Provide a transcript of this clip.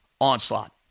onslaught